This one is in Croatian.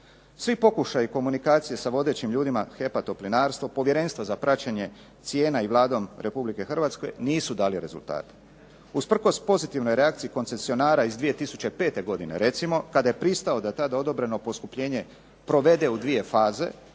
Svi pokušaji komunikacije sa vodećim ljudima HEP-a Toplinarstvo, Povjerenstva za praćenje cijena i Vladom Republike Hrvatske nisu dali rezultate. Usprkos pozitivnoj reakciji koncesionara iz 2005. godine recimo kada je pristao da tada odobreno poskupljenje provede u dvije faze,